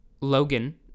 Logan